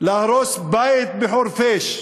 להרוס בית בחורפיש,